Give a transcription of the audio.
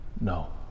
No